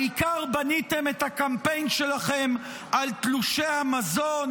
העיקר בניתם את הקמפיין שלכם על תלושי המזון,